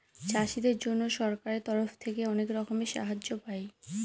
চাষীদের জন্য সরকারের তরফ থেকে অনেক রকমের সাহায্য পায়